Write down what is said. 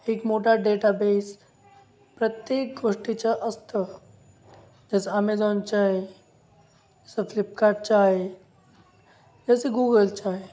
एक मोठा डेटाबेस प्रत्येक गोष्टीचा असतं जसं अमेझॉनचा आहे जसं फ्लिपकार्टचा आहे जसं गुगलचा आहे